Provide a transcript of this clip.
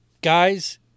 Guys